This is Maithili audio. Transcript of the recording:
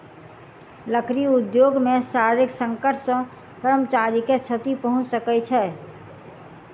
लकड़ी उद्योग मे शारीरिक संकट सॅ कर्मचारी के क्षति पहुंच सकै छै